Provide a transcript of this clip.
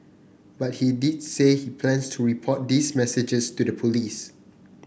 but he did say he plans to report these messages to the police